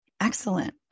Excellent